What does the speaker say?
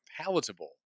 palatable